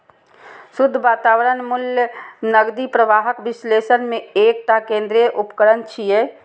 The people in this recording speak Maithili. शुद्ध वर्तमान मूल्य नकदी प्रवाहक विश्लेषण मे एकटा केंद्रीय उपकरण छियै